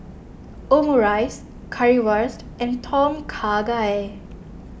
Omurice Currywurst and Tom Kha Gai